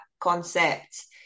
concept